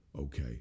okay